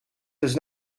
does